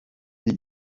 die